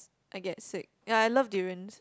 I get sick ya I love durians